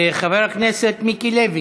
חבר הכנסת מיקי לוי,